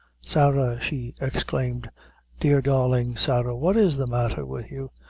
sarah! she exclaimed dear, darling sarah, what is the matter with you?